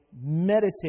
meditate